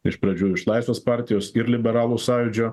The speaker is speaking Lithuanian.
iš pradžių iš laisvės partijos ir liberalų sąjūdžio